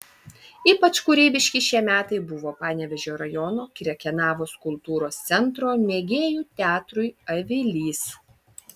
ypač kūrybiški šie metai buvo panevėžio rajono krekenavos kultūros centro mėgėjų teatrui avilys